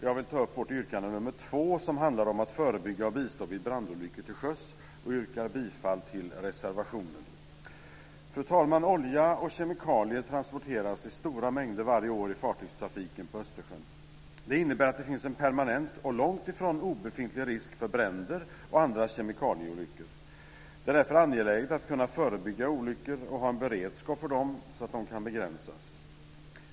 Jag vill ta upp vårt yrkande nr 2, som handlar om att förebygga och bistå vid brandolyckor till sjöss, och yrkar bifall till reservationen. Fru talman! Olja och kemikalier transporteras i stora mängder varje år i fartygstrafiken på Östersjön. Det innebär att det finns en permanent och långt ifrån obefintlig risk för bränder och kemikalieolyckor. Det är därför angeläget att kunna förebygga olyckor och ha en beredskap för dem så att de kan begränsas.